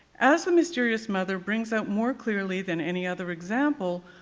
as the mysterious mother brings out more clearly than any other example,